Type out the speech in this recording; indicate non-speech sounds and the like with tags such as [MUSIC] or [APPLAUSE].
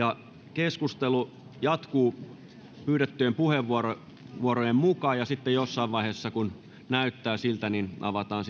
keskustelu jatkuu pyydettyjen puheenvuorojen mukaan ja sitten jossain vaiheessa kun näyttää siltä avataan [UNINTELLIGIBLE]